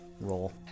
roll